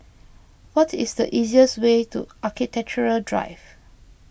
what is the easiest way to Architecture Drive